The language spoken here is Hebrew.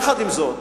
עם זאת,